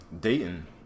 dayton